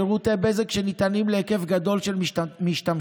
שירותי בזק שניתנים להיקף גדול של משתמשים,